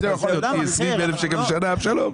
20,000 שקל בשנה ושלום.